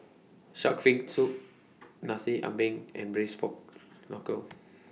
Shark's Fin Soup Nasi Ambeng and Braised Pork Knuckle